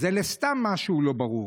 זה לסתם משהו לא ברור.